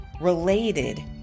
related